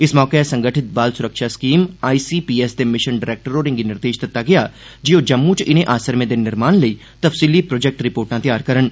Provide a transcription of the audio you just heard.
इस मौके संगठित बाल सुरक्षा scheme I C P S दे मिषन डरैक्टर होरेंगी निर्देष दित्ता गेआ जे ओह जम्मू च इनें आसरमें दे निर्माण लेई तफ्सीली प्रोजेक्ट रिपोर्टा तैयार करन